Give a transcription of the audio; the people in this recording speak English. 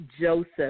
Joseph